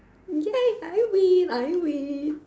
ya I win I win